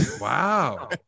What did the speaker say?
Wow